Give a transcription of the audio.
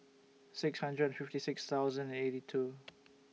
six hundred fifty six thousand and eighty two